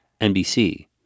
NBC